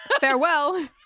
farewell